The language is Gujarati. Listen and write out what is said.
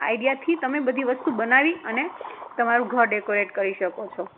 આઈડીયાથી તમે બધી વસ્તુ બનાવી અને તમારું ઘર ડેકોરેટ કરી શકો છો